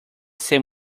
ser